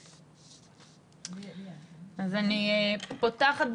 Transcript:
אני פותחת,